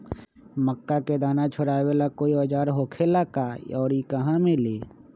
मक्का के दाना छोराबेला कोई औजार होखेला का और इ कहा मिली?